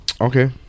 Okay